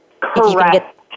Correct